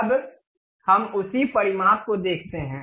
अब हम उसी परिमाप को देखते हैं